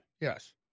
Yes